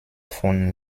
von